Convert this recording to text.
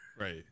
Right